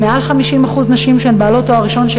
יותר מ-50% נשים שהן בעלות תואר ראשון,